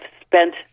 spent